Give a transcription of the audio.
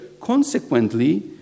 Consequently